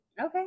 Okay